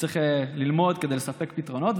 צריך ללמוד כדי לספק פתרונות.